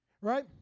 Right